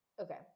Okay